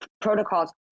protocols